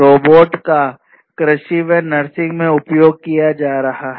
robot का कृषि व नर्सिंग में उपयोग किया जा रहा है